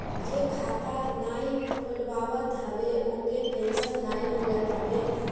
जे खाता नाइ खोलवावत हवे ओके पेंशन नाइ मिलत हवे